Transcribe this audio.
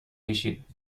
کشید